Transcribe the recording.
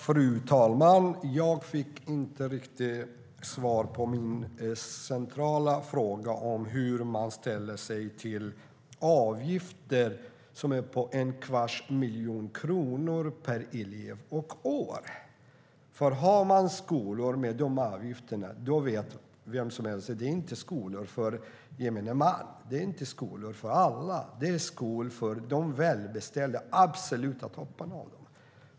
Fru talman! Jag fick inte riktigt svar på min centrala fråga hur man ställer sig till avgifter på en kvarts miljon kronor per elev och år. Om skolor har de avgifterna vet vem som helst att det inte är skolor för gemene man, att det inte är skolor för alla. Det är skolor för de välbeställda och de absoluta topparna av dem.